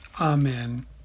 Amen